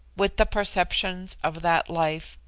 with the perceptions of that life,